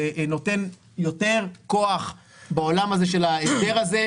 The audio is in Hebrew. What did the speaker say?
נותן יותר כוח בעולם הזה של ההסדר הזה,